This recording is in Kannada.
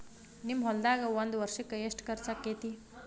ನಿಮ್ಮ ಹೊಲ್ದಾಗ ಒಂದ್ ವರ್ಷಕ್ಕ ಎಷ್ಟ ಖರ್ಚ್ ಆಕ್ಕೆತಿ?